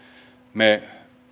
me